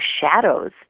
shadows